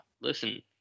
Listen